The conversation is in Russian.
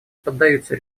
поддаются